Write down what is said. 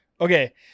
Okay